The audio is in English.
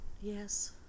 Yes